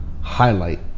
highlight